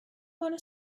want